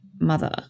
mother